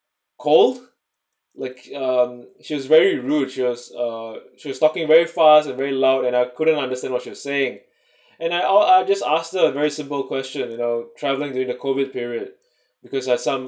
cold like um she was very rude she was uh she was talking very fast and very loud and I couldn't understand what she was saying and I all I just ask her a very simple question you know travelling during the COVID period because I some